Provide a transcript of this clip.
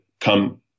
come